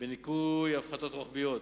בניכוי הפחתות רוחביות,